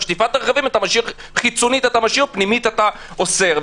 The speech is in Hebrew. שטיפת רכבים - חיצונית אתה משאיר ופנימית אתה אוסר.